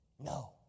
No